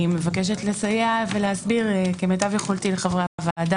אני מבקשת לסייע ולהסביר כמיטב יכולתי לחברי הוועדה